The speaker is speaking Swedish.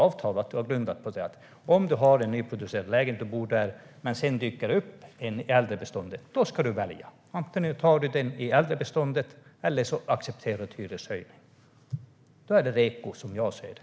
Avtalet var grundat på att om du bor i en nyproducerad lägenhet och det sedan dyker upp en äldre lägenhet i beståndet ska du välja - antingen tar du lägenheten i det äldre beståndet eller så accepterar du hyreshöjningen. Då är det reko, som jag ser det.